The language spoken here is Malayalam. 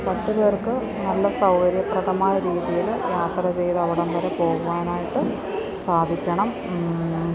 പത്ത് പേർക്ക് നല്ല സൗകര്യപ്രദമായ രീതിയിൽ യാത്ര ചെയ്തവിടം വരെ പോകുവാനായിട്ട് സാധിക്കണം